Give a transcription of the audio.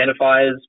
identifiers